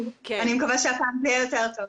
אני מקווה שהפעם יהיה יותר טוב.